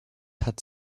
hat